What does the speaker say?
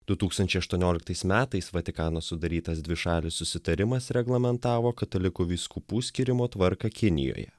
du tūkstančiai aštuonioliktais metais vatikano sudarytas dvišalis susitarimas reglamentavo katalikų vyskupų skyrimo tvarką kinijoje